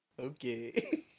Okay